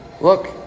look